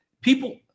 people